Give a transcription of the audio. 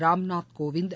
Ramnath Kovind